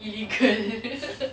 illegal